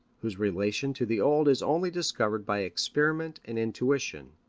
whose relation to the old is only discovered by experiment and intuition,